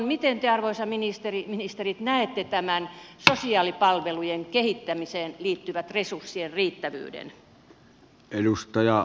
miten te arvoisat ministerit näette tämän sosiaalipalvelujen kehittämiseen liittyvien resurssien riittävyyden